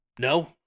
No